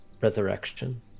resurrection